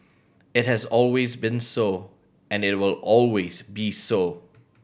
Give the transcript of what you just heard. it has always been so and it will always be so